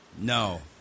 No